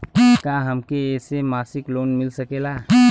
का हमके ऐसे मासिक लोन मिल सकेला?